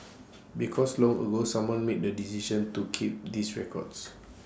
because long ago someone made the decision to keep these records